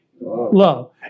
love